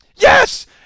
Yes